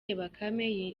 bakame